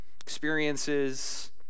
experiences